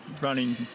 running